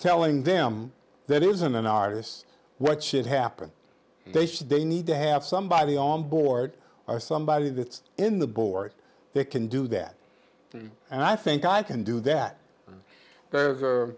telling them that isn't an artist what should happen they should they need to have somebody on board or somebody that's in the board they can do that and i think i can do that